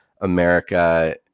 America